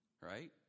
right